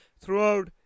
throughout